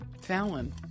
Fallon